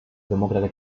demócrata